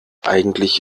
eigentlich